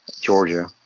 Georgia